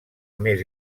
més